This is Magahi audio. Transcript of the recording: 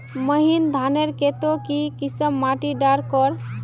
महीन धानेर केते की किसम माटी डार कर?